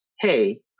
hey